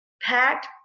packed